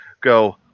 go